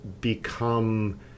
become